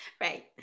Right